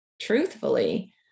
truthfully